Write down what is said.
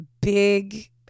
big